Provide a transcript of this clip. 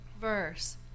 verse